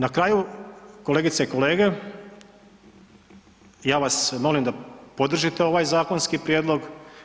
Na kraju, kolegice i kolege, ja vas molim da podržite ovaj zakonski prijedlog.